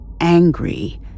angry